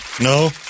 No